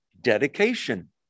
dedication